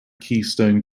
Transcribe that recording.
keystone